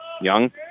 Young